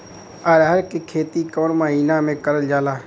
अरहर क खेती कवन महिना मे करल जाला?